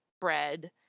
bread